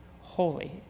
holy